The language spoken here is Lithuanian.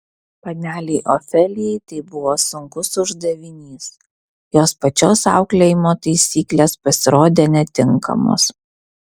panelei ofelijai tai buvo sunkus uždavinys jos pačios auklėjimo taisyklės pasirodė netinkamos